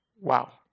wow